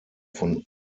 von